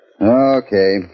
Okay